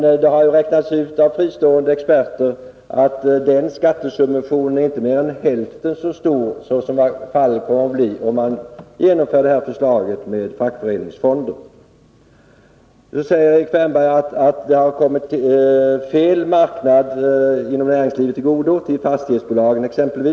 Fristående experter har emellertid räknat ut att den skattesubventionen inte är mer än hälften så stor som den kostnad man får om man genomför förslaget om fackföreningsfonder. Erik Wärnberg sade också att medlen kommit fel marknader inom näringslivet till godo och exempelvis gynnat fastighetsbolagen.